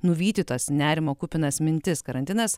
nuvyti tas nerimo kupinas mintis karantinas